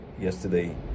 Yesterday